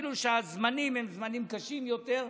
אפילו שהזמנים הם זמנים קשים יותר,